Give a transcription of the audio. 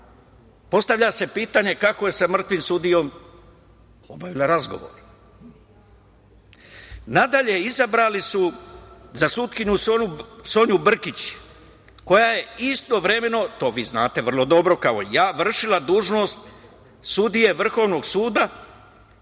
Postavlja se pitanje kako je sa mrtvim sudijom obavila razgovor? Nadalje, izabrali su za sutkinju Sonju Brkić, koja je istovremeno, to vi znate vrlo dobro, kao i ja, vršila dužnost sudije Vrhovnog suda